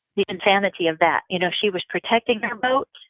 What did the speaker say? the insanity of that! you know she was protecting her vote,